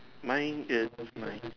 mine is